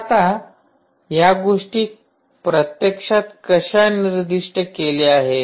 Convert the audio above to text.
तर आता या गोष्टी प्रत्यक्षात कशा निर्दिष्ट केले आहेत